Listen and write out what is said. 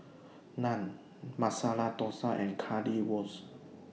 Naan Masala Dosa and Currywurst